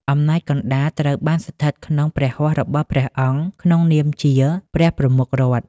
អំណាចកណ្តាលត្រូវបានស្ថិតក្នុងព្រះហស្ថរបស់ព្រះអង្គក្នុងនាមជា "ព្រះប្រមុខរដ្ឋ"។